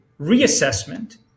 reassessment